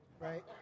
Right